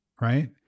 right